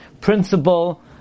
principle